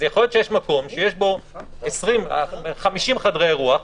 אז יכול להיות שיש מקום שיש בו 20, 50 חדרי אירוח,